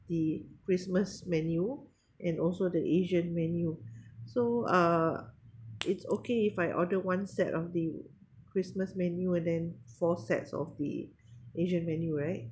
the christmas menu and also the asian menu so uh it's okay if I order one set of the christmas menu and then four sets of the asian menu right